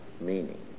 meaning